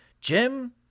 Jim